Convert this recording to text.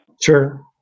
Sure